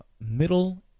middle